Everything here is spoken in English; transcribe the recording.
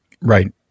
Right